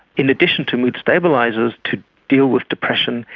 in addition to mood stabilisers, to deal with depression,